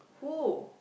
who